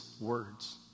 words